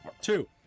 two